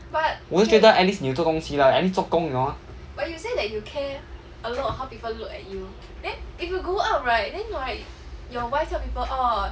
我是觉得 at least 你有做东西 lah at least 做工 you know